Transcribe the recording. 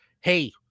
Hey